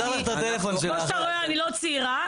וכמו שאתה רואה, אני לא צעירה.